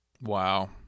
Wow